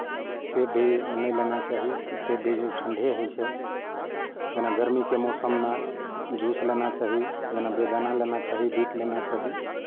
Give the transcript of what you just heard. सेब भी नहि लेना चाही सेब भी ठण्ढे होइ छै जेना गरमीके मौसममे जूस लेना चाही जेना बेदाना लेना चाही बीट लेना चाही